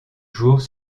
jours